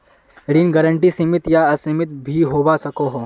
ऋण गारंटी सीमित या असीमित भी होवा सकोह